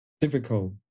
difficult